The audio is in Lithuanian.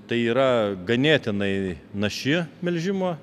tai yra ganėtinai naši melžimo